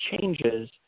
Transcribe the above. changes